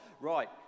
Right